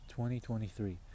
2023